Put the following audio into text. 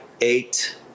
eight